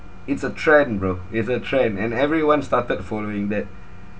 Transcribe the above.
it's a trend bro it's a trend and everyone started following that